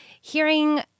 hearing